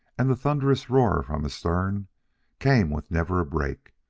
and the thunderous roar from astern came with never a break,